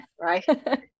Right